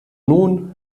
nun